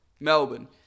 Melbourne